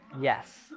Yes